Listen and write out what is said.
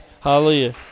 Hallelujah